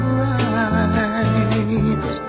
right